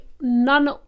none